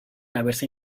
haberse